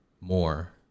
more